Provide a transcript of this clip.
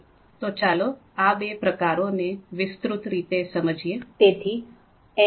તો ચાલો આ બે પ્રકારો ને વિસ્તૃત રીતે સામાજીએ